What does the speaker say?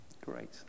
Great